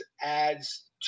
adds